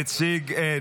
מציג,